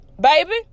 Baby